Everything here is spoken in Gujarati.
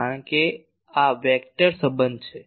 કારણ કે આ વેક્ટર સંબંધ છે